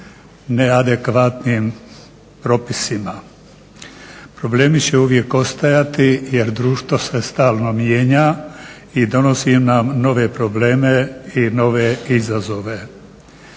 neadekvatnim propisima. Problemi će uvijek ostajati jer društvo se stalno mijenja i donosi nam nove probleme i nove izazove.